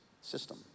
system